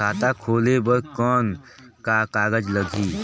खाता खोले बर कौन का कागज लगही?